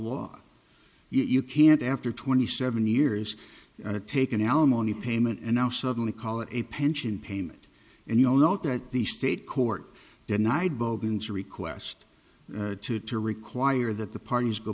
law you can't after twenty seven years take an alimony payment and now suddenly call it a pension payment and you'll note that the state court denied bowden's request to to require that the parties go